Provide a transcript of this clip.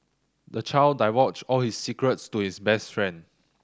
the child divulged all his secrets to his best friend